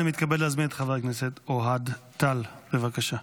אני מתכבד להזמין את חבר הכנסת אוהד טל, בבקשה.